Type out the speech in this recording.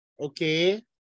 Okay